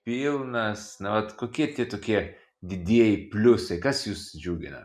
pilnas na vat kokie tie tokie didieji pliusai kas jus džiugina